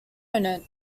opponent